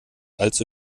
allzu